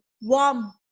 warm